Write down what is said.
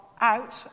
out